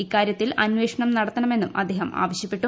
ഇക്കാര്യത്തിൽ ഉന്നതതല അന്വേഷണം നടത്തണമെന്നും അദ്ദേഹം ആവശ്യപ്പെട്ടു